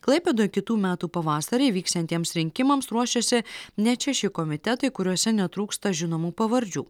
klaipėdoj kitų metų pavasarį vyksiantiems rinkimams ruošiasi net šeši komitetai kuriuose netrūksta žinomų pavardžių